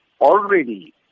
already